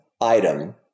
item